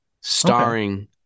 starring